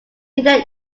then